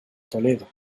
toledo